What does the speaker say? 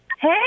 Hey